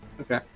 Okay